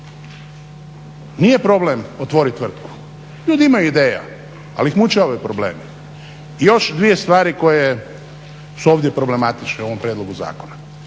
Nije problem otvorit tvrtku, ljudi imaju ideja, ali ih muče ovi problemi. Još dvije stvari koje su ovdje problematične u ovom prijedlogu zakona.